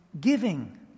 giving